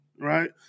right